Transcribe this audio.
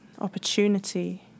opportunity